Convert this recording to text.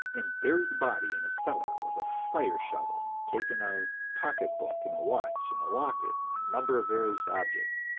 and buried the body in a cellar with a fire shovel, and taken a pocketbook, and a watch, and a locket, and a number of various objects,